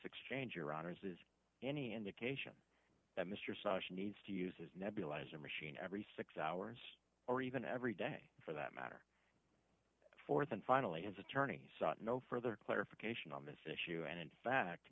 exchange your honour's is any indication mr savage needs to use his nebulizer machine every six hours or even every day for that matter th and finally his attorney no further clarification on this issue and in fact